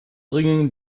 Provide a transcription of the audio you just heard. ringen